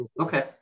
Okay